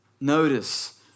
Notice